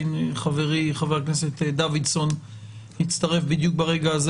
חברי חבר הכנסת דוידסון הצטרף בדיוק ברגע הזה